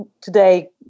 today